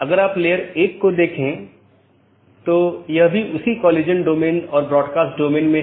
प्रत्येक EBGP router अलग autonomous system में हैं